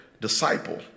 disciple